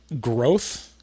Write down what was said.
growth